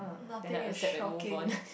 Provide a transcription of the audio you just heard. nothing is shocking